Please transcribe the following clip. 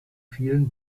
vielen